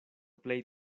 plej